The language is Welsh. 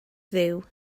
dduw